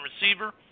receiver